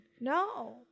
No